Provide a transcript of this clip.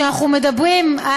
כשאנחנו מדברים,